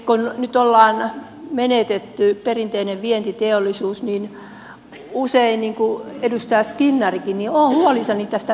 kun nyt ollaan menetetty perinteinen vientiteollisuus niin usein niin kuin edustaja skinnarikin olen huolissani tästä viennin edistämisestä